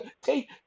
Take